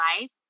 life